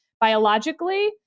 biologically